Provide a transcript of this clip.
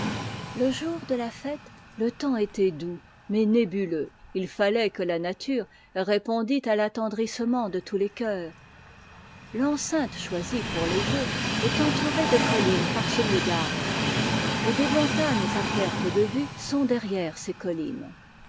le jour de la fête le temps était doux mais nébuleux il fallait que la nature répondit à l'attendrissement de tous les coeurs l'enceinte choisie pour les jeux est entourée de collines parsemées d'arbres et des montagnes à perte de vue sont derrière ces collines